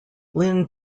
linn